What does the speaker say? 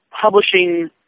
publishing